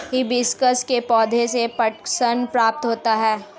hibiscus के पौधे से पटसन प्राप्त होता है